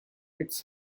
its